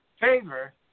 favor